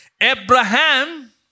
Abraham